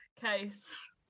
case